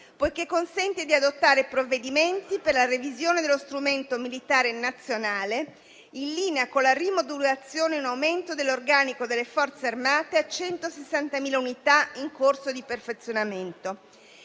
poiché consente di adottare provvedimenti per la revisione dello strumento militare nazionale in linea con la rimodulazione in aumento dell'organico delle Forze armate a 160.000 unità in corso di perfezionamento.